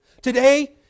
Today